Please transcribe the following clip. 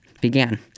Began